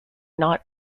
not